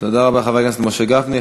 תודה רבה, חבר הכנסת משה גפני.